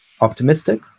optimistic